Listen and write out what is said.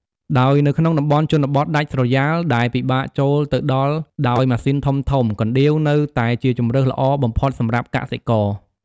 ដោយនៅក្នុងតំបន់ជនបទដាច់ស្រយាលដែលពិបាកចូលទៅដល់ដោយម៉ាស៊ីនធំៗ កណ្ដៀវនៅតែជាជម្រើសល្អបំផុតសម្រាប់កសិករ។